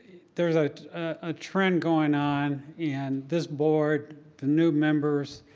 there's ah a trend going on and this board, the new members,